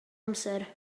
amser